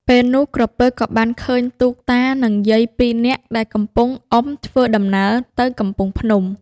ពេលនោះក្រពើ ក៏បានឃើញទូកតានឹងយាយពីរនាក់ ដែលកំពុងអុំធ្វើដំណើរទៅកំពង់ភ្នំ។